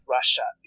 Russia